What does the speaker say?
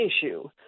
issue